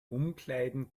umkleiden